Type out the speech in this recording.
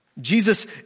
Jesus